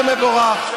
זה מבורך.